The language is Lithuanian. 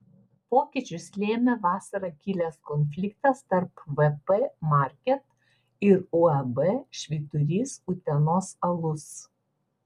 pokyčius lėmė vasarą kilęs konfliktas tarp vp market ir uab švyturys utenos alus